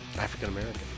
African-American